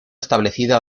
establecida